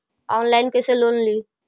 Online कैसे loan ली?